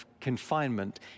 confinement